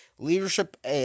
Leadership